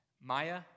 Maya